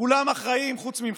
כולם אחראים חוץ מכם.